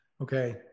Okay